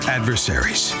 Adversaries